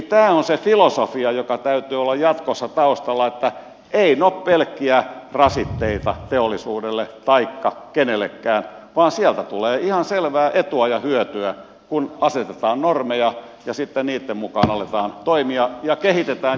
tämä on se filosofia jonka täytyy olla jatkossa taustalla että eivät ne ole pelkkiä rasitteita teollisuudelle taikka kenellekään vaan sieltä tulee ihan selvää etua ja hyötyä kun asetetaan normeja ja sitten niitten mukaan aletaan toimia ja kehitetään